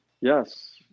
yes